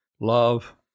love